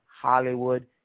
Hollywood